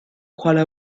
quale